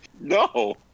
No